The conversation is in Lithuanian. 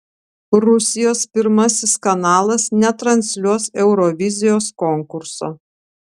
rusijos pirmasis kanalas netransliuos eurovizijos konkurso